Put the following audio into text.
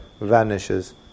vanishes